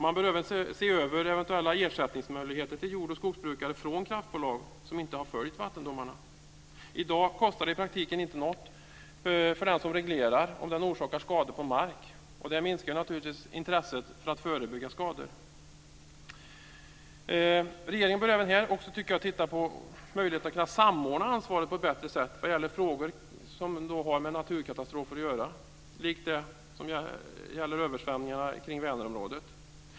Man bör även se över eventuella ersättningsmöjligheter till jord och skogsbrukare från kraftbolag som inte har följt vattendomarna. I dag kostar det i praktiken inte något om den som reglerar orsakar skador på mark. Det minskar naturligtvis intresset för att förebygga skador. Regeringen bör även här, tycker jag, titta på möjligheten att samordna ansvaret på ett bättre sätt vad gäller frågor som har med naturkatastrofer liknande översvämningarna kring Vänerområdet att göra.